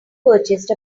purchased